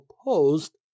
opposed